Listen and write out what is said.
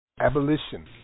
Abolition